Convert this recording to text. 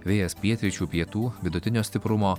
vėjas pietryčių pietų vidutinio stiprumo